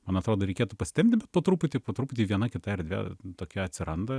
man atrodo reikėtų pasitempti bet po truputį po truputį viena kita erdvė tokia atsiranda